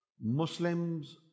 Muslims